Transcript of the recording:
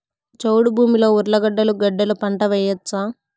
చౌడు భూమిలో ఉర్లగడ్డలు గడ్డలు పంట వేయచ్చా?